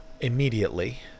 immediately